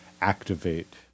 Activate